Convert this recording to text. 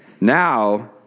Now